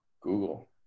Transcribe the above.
Google